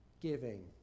giving